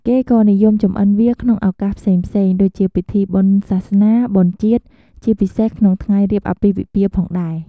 គេក៏និយមចម្អិនវាក្នុងឱកាសផ្សេងៗ ដូចជាពិធីបុណ្យសាសនា បុណ្យជាតិ ជាពិសេសក្នុងថ្ងៃរៀបអាពាហ៍ពិពាហ៍ផងដែរ។